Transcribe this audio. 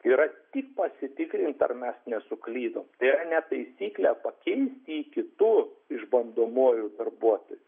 yra tik pasitikrint ar mes nesuklydom tai yra ne taisyklė pakeisti jį kitu išbandomuoju darbuotoju